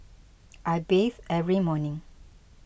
I bathe every morning